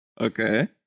Okay